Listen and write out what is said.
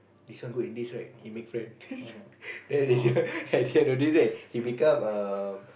this one good in this right he make friend then later he have to do that he become err